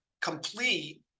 complete